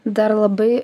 dar labai